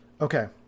Okay